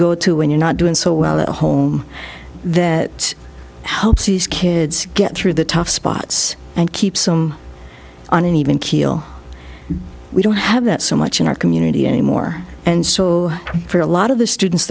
go to when you're not doing so well at home that helps these kids get through the tough spots and keep some on an even keel we don't have that so much in our community anymore and so for a lot of the students